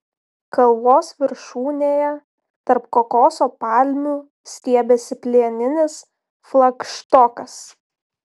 kalvos viršūnėje tarp kokoso palmių stiebėsi plieninis flagštokas